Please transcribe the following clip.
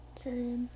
Okay